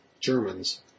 Germans